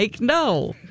no